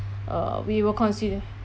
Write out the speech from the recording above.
uh we will consider